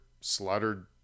slaughtered